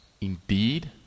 indeed